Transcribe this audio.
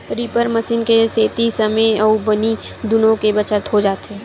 reaper machine के सेती समे अउ बनी दुनो के बचत हो जाथे